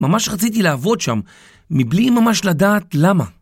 ממש רציתי לעבוד שם, מבלי ממש לדעת למה.